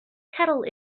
kettle